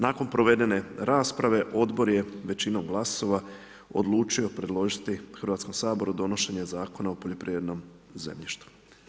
Nakon provedene rasprave, Odbor, je većinom glasova, odlučio predložiti Hrvatskom saboru, donošenje Zakona o poljoprivrednom zemljištu.